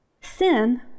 Sin